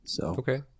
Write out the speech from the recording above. Okay